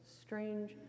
strange